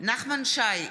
נחמן שי,